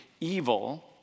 evil